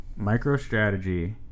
MicroStrategy